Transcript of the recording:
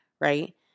right